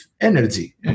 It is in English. energy